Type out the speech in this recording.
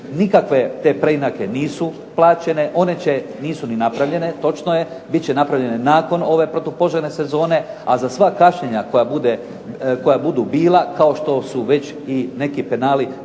Nikakve te preinake nisu plaćene, one će, nisu ni napravljene točno je. Bit će napravljene nakon ove protupožarne sezone, a za sva kašnjenja koja budu bila kao što su već i neki penali